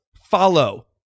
follow